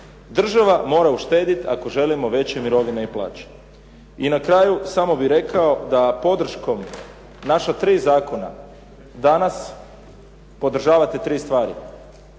Država mora uštediti ako želimo veće mirovine i plaće. I na kraju, samo bih rekao da podrškom naša tri zakona danas podržavate tri stvari.